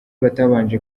batabanje